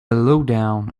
lowdown